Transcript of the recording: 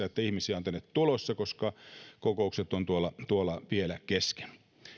että ihmisiä on tänne tulossa koska kokoukset ovat tuolla tuolla vielä kesken